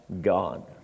God